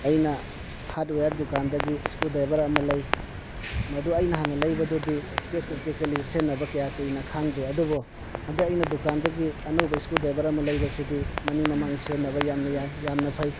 ꯑꯩꯅ ꯍꯥꯗꯋꯥꯌꯥꯔ ꯗꯨꯀꯥꯟꯗꯒꯤ ꯁ꯭ꯀꯨꯗꯥꯏꯕꯔ ꯑꯃ ꯂꯩ ꯃꯗꯨ ꯑꯩꯅ ꯍꯥꯟꯅ ꯂꯩꯕꯗꯨꯗꯤ ꯄꯦꯛ ꯄꯦꯛ ꯇꯦꯀꯜꯂꯤ ꯁꯤꯖꯤꯟꯅꯕ ꯀꯌꯥ ꯀꯨꯏꯅ ꯈꯥꯡꯗꯦ ꯑꯗꯨꯕꯨ ꯍꯟꯗꯛ ꯑꯩꯅ ꯗꯨꯀꯥꯟꯗꯒꯤ ꯑꯅꯧꯕ ꯁ꯭ꯀꯨꯗꯥꯏꯕꯔ ꯑꯃ ꯂꯩꯕꯁꯤꯗꯤ ꯃꯅꯤꯡ ꯃꯃꯥꯡ ꯁꯤꯖꯤꯟꯅꯕ ꯌꯥꯝꯅ ꯌꯥꯏ ꯌꯥꯝꯅ ꯐꯩ